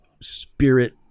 spirit